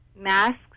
masks